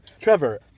Trevor